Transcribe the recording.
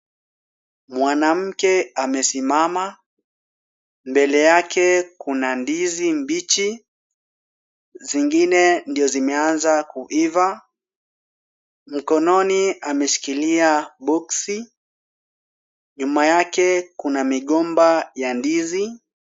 Mwanamke amesimama, mbele yake kuna ndizi mbichi, zingine ndio zimeanza kuiva, mkononi ameshikilia boksi, nyuma yake kuna migomba ya ndizi.